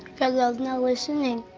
cause i was not listening?